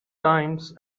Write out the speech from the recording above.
times